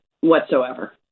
whatsoever